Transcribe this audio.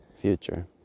future